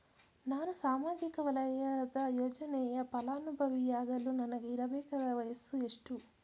ನಾನು ಸಾಮಾಜಿಕ ವಲಯದ ಯೋಜನೆಯ ಫಲಾನುಭವಿಯಾಗಲು ನನಗೆ ಇರಬೇಕಾದ ವಯಸ್ಸುಎಷ್ಟು?